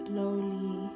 Slowly